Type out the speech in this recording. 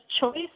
choice